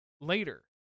later